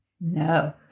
No